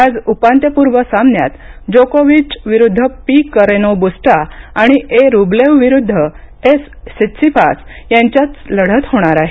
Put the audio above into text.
आज उपांत्यपूर्व सामन्यात जोकोविच विरुद्ध पी करेनो बुसटा आणि ए रूबलेव विरुद्ध एस सीटसीपास यांच्यात लढत होणार आहे